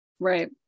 right